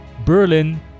Berlin